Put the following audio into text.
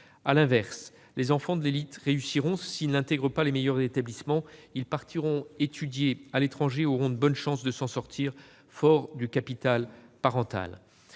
À l'inverse, les enfants de l'élite réussiront : s'ils n'intègrent pas les meilleurs établissements, ils partiront étudier à l'étranger et auront de bonnes chances de s'en sortir, forts du capital parental.